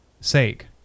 sake